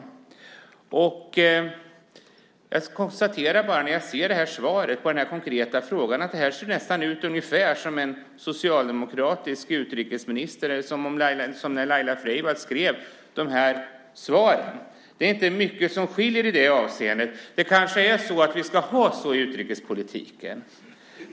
När jag ser det här svaret på den konkreta frågan konstaterar jag att det ser ut ungefär som när den socialdemokratiska utrikesministern Laila Freivalds skrev sina svar. Det är inte mycket som skiljer i det avseendet. Vi kanske ska ha det så i utrikespolitiken.